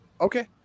okay